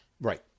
Right